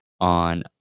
on